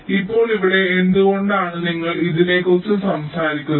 ഇപ്പോൾ ഇവിടെ എന്തുകൊണ്ടാണ് നിങ്ങൾ ഇതിനെക്കുറിച്ച് സംസാരിക്കുന്നത്